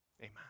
Amen